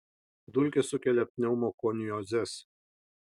dulkės sukelia pneumokoniozes